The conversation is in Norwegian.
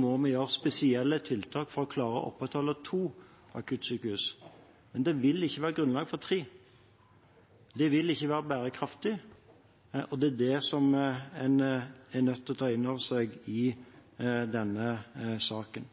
må vi ha spesielle tiltak for å klare å opprettholde to akuttsykehus. Men det vil ikke være grunnlag for tre. Det vil ikke være bærekraftig, og det er det en er nødt til å ta inn over seg i denne saken.